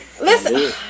Listen